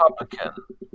Republican